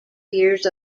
years